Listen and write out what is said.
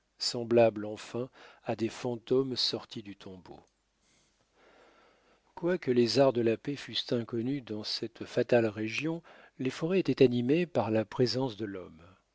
semblables enfin à des fantômes sortis du tombeau quoique les arts de la paix fussent inconnus dans cette fatale région les forêts étaient animées par la présence de l'homme